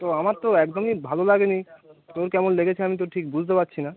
তো আমার তো একদমই ভালো লাগে নি তোর কেমন লেগেছে আমি তো ঠিক বুঝতে পারছি না